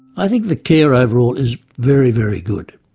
i think the care overall is very, very good.